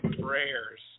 prayers